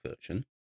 version